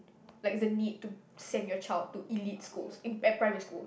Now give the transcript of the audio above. like the need to send your child to elite schools in at primary schools